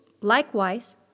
likewise